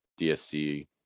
DSC